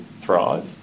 thrive